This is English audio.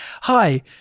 hi